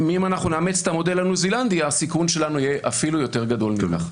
אם נאמץ את המודל הניו זילנדי הסיכון שלנו יהיה אפילו יותר גדול מכך.